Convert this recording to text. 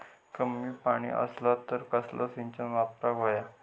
कमी पाणी असला तर कसला सिंचन वापराक होया?